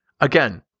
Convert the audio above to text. Again